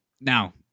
Now